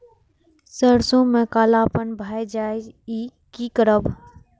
सरसों में कालापन भाय जाय इ कि करब?